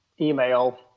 email